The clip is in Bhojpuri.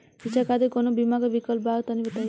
शिक्षा खातिर कौनो बीमा क विक्लप बा तनि बताई?